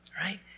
right